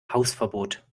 hausverbot